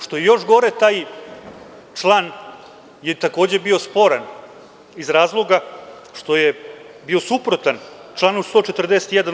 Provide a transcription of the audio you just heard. Što je još gore, taj član je takođe bio sporan iz razloga što je bio suprotan članu 141.